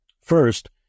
First